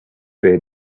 they